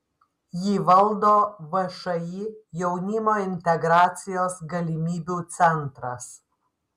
jį valdo všį jaunimo integracijos galimybių centras